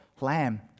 lamb